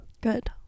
Good